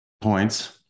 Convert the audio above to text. points